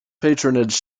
patronage